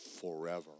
Forever